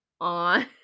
on